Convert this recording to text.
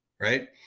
right